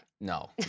No